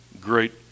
great